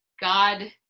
god